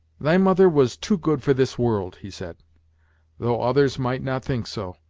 thy mother was too good for this world, he said though others might not think so.